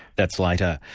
that's later.